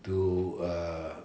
to uh